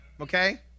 Okay